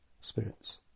spirits